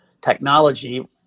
technology